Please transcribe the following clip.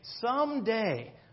someday